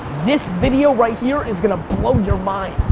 this video right here is gonna blow your mind.